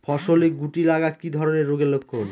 ফসলে শুটি লাগা কি ধরনের রোগের লক্ষণ?